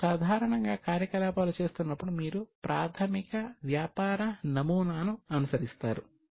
ఇప్పుడు సాధారణంగా కార్యకలాపాలు చేస్తున్నప్పుడు మీరు ప్రాథమిక వ్యాపార నమూనాను అనుసరిస్తారు